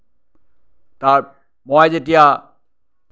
তাত মই যেতিয়া